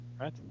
right